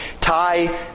tie